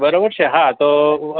બરાબર છે હા તો